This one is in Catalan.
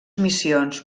missions